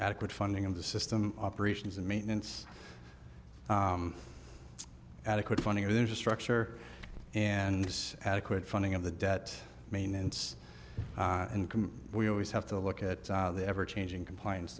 adequate funding of the system operations and maintenance adequate funding there's a structure and adequate funding of the debt maintenance and we always have to look at the ever changing compliance